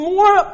more